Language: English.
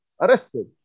arrested